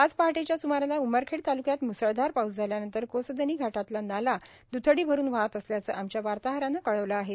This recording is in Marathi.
आज पहाटेच्या सुमारास उमरखेड तालुक्यात मुसळधार पाऊस झाल्यानंतर कोसदनी घाटातला नाला द्रथडी भरून वाहात असल्याचं आमच्या वार्ताहरानं कळवलं आहे